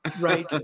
Right